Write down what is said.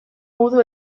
gudu